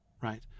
Right